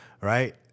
Right